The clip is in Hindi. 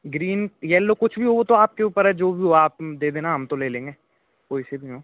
ग्रीन येलो कुछ भी हो वो तो आपके ऊपर है जो भी हो आप दे देना हम तो ले लेंगे कोई से भी हों